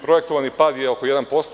Projektovani pad je oko 1%